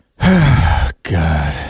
God